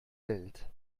welt